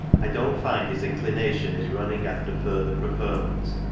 i don't find his inclination is running after further preferment.